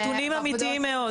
נתונים אמיתיים מאוד.